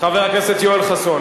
חבר הכנסת יואל חסון.